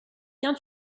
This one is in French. qu’un